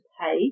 pay